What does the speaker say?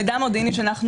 מודיעיניות.